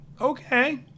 okay